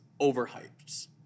overhyped